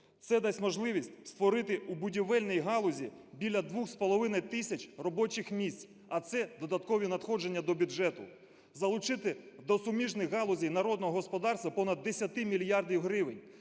це дасть можливість створити у будівельній галузі біля 2,5 тисяч робочих місць, а це додаткові надходження до бюджету, залучити до суміжних галузей народного господарства понад 10 мільярдів гривень.